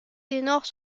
ténors